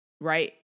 Right